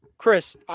Chris